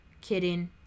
Kidding